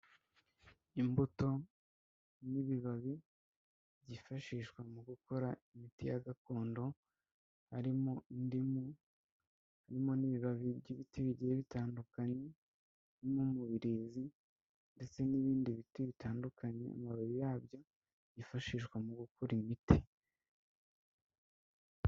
Imbuto n'ibibabi byifashishwa mu gukora imiti ya gakondo, harimo indimu harimo n'ibibabi by'ibiti bigiye bitandukanye, birimo umubirizi ndetse n'ibindi biti bitandukanye, amababi yabyo yifashishwa mu gukora imiti.